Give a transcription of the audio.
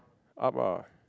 up ah